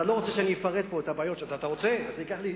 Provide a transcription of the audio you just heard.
אתה לא רוצה שאני אפרט כאן את הבעיות.